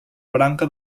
branca